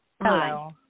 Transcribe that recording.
Hi